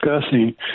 discussing